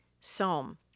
Psalm